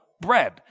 bread